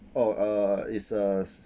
oh uh it's uh